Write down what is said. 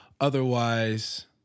Otherwise